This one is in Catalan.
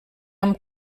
amb